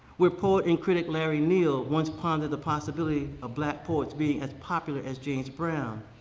where poet and critic, larry neal, once pondered the possibility of black poets being as popular as james brown,